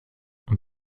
und